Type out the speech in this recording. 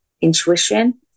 intuition